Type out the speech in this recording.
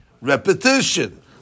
repetition